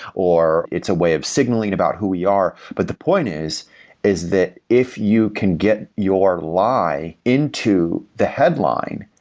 or it's a way of signaling about who we are but the point is is that if you can get your lie into the headline,